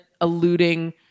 alluding